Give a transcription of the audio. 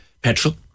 petrol